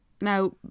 Now